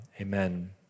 Amen